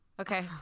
okay